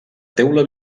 teula